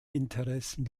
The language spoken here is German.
interessen